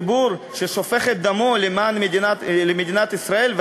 ציבור ששופך את דמו למען מדינת ישראל,